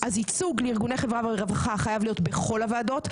אז ייצוג לארגוני חברה ורווחה חייב להיות בכל הוועדות,